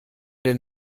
den